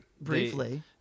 Briefly